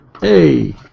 Hey